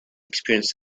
experienced